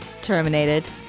Terminated